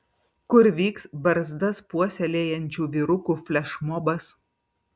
kur vyks barzdas puoselėjančių vyrukų flešmobas